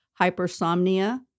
hypersomnia